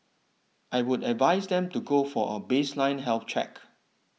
I would advise them to go for a baseline health check